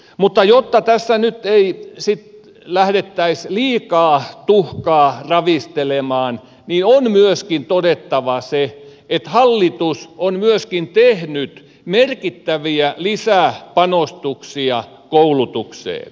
mutta jotta tässä nyt ei sitten lähdettäisi liikaa tuhkaa ravistelemaan niin on myöskin todettava se että hallitus on myöskin tehnyt merkittäviä lisäpanostuksia koulutukseen